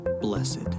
Blessed